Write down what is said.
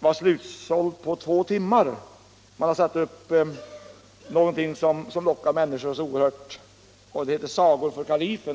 var slutsåld på två timmar. Man hade satt upp någonting som lockade människor så oerhört, nämligen Sagor för Kalifen.